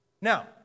Now